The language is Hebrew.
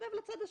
תסובב לצד השני.